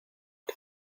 que